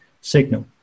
signal